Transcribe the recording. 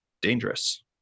dangerous